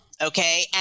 okay